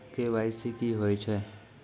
KYC की होय छै?